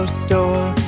store